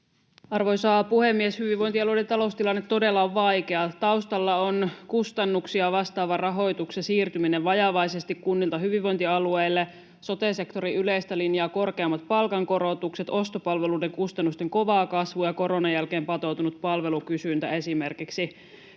Arvoisa puhemies! Hyvinvointialueiden taloustilanne todella on vaikea. Taustalla ovat kustannuksia vastaava rahoituksen siirtyminen vajavaisesti kunnilta hyvinvointialueille, sote-sektorin yleistä linjaa korkeammat palkankorotukset, ostopalveluiden kustannusten kova kasvu ja koronan jälkeen patoutunut palvelukysyntä esimerkiksi.